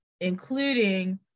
including